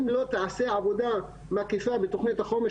אם לא תיעשה עבודה מקיפה בתוכנית החומש